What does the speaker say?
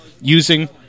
using